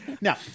Now